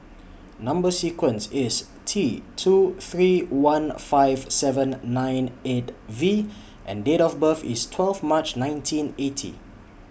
Number sequence IS T two three one five seven nine eight V and Date of birth IS twelve March nineteen eighty